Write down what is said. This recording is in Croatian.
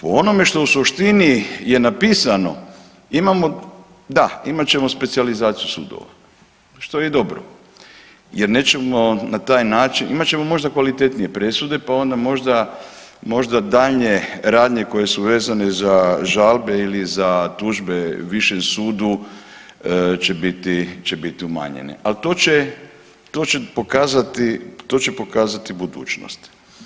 Po onome što u suštini je napisano, imamo, da, imat ćemo specijalizaciju sudova, što je i dobro jer nećemo na taj način, imat ćemo možda kvalitetnije presude pa onda možda daljnje radnje koje su vezane za žalbe ili za tužbe višem sudu će biti umanjene, ali to će pokazati budućnost.